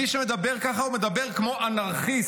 מי שמדבר ככה, מדבר כמו אנרכיסט,